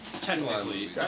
Technically